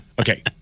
Okay